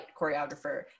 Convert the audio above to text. choreographer